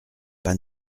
pas